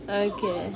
okay